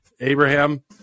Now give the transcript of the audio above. Abraham